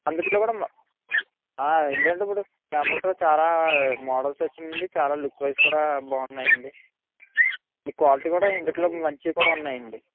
అందులో కూడా మో ఎందుకంటే ఇప్పుడు క్యాంపస్లో చాలా మోడల్స్ వచ్చాయి అండి చాలా లుక్స్వైస్ కూడా బాగున్నాయండి ఈ క్వాలిటీ కూడా ఇందులో మంచివి కూడా ఉన్నాయి అండి